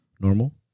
normal